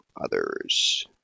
others